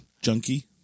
Junkie